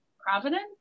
Providence